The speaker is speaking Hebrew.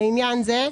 לעניין זה,